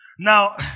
Now